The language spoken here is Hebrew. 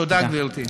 תודה, גברתי.